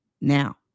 Now